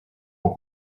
ont